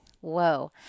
Whoa